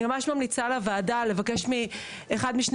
אני ממש ממליצה לוועדה לבקש מאחד משני